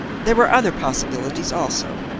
there were other possibilities also.